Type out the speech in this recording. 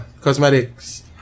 cosmetics